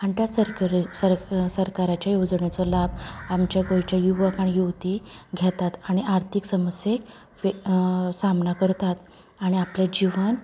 आनी त्या सरकारी सरक सरकाराच्या येवजणेचो लाभ आमच्या गोंयचे युवक आनी युवती घेतात आनी आर्थीक समस्येक सामना करतात आनी आपले जीवन